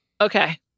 Okay